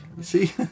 See